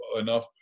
enough